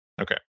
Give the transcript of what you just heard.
Okay